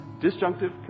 disjunctive